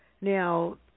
Now